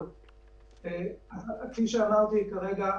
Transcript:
אז אם זה ביטול הצורך ברישום בלשכת תעסוקה,